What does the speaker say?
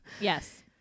Yes